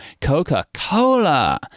Coca-Cola